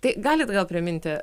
tai galit gal priminti